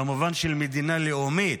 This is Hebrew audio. במובן של מדינה לאומית,